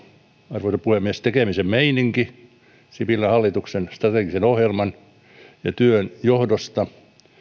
arvoisa puhemies tekemisen meininki sipilän hallituksen strategisen ohjelman ja työn johdosta